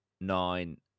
nine